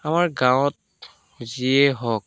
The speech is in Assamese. আমাৰ গাঁৱত যিয়ে হওক